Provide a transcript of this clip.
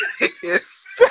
yes